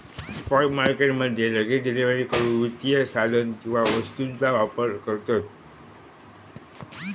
spot market मध्ये लगेच delivery करूक वित्तीय साधन किंवा वस्तूंचा व्यापार करतत